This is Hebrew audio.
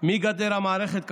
מגדר המערכת,